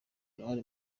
uruhare